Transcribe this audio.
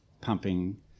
pumping